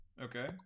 Okay